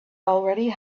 already